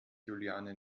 juliane